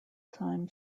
time